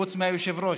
חוץ מהיושב-ראש,